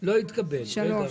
לא אדוני, סליחה,